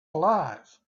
alive